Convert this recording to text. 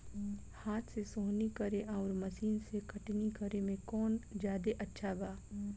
हाथ से सोहनी करे आउर मशीन से कटनी करे मे कौन जादे अच्छा बा?